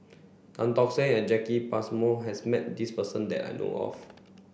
Tan Tock Seng and Jacki Passmore has met this person that I know of